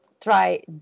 try